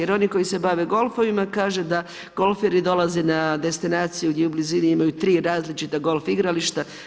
Jer oni koji se bave golfovima kaže da golferi dolaze na destinaciju gdje u blizini imaju tri različita golf igrališta.